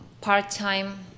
part-time